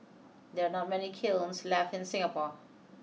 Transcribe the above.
there are not many kilns left in Singapore